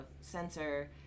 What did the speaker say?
sensor